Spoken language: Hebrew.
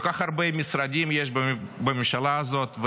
כל כך הרבה משרדים יש בממשלה הזאת,